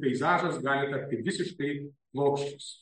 peizažas gali tapti visiškai plokščias